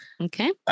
Okay